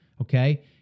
okay